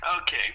Okay